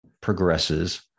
progresses